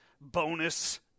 bonus